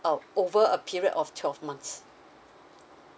over a period of twelve months